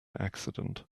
accident